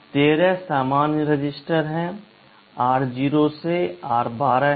13 सामान्य register r 0 से r12 हैं